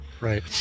Right